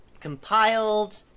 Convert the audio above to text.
compiled